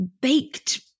baked